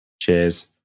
Cheers